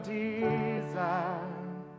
desire